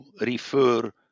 refer